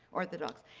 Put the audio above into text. orthodox,